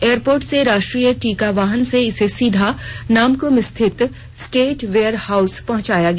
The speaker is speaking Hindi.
एयरपोर्ट से राष्ट्रीय टीका वाहन से इसे सीधा नामकुम स्थित स्टेट वेयर हाउस पहुंचाया गया